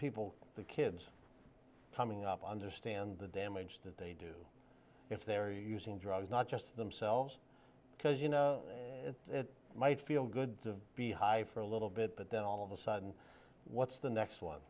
people the kids coming up understand the damage that they do if they're using drugs not just to themselves because you know it might feel good to be high for a little bit but then all of a sudden what's the next one